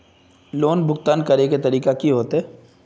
Loan भुगतान करे के तरीका की होते?